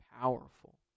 powerful